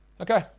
Okay